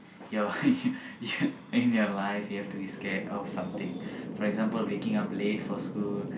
your in your life you have to be scared of something for example waking up late for school